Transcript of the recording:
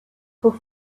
who